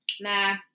Nah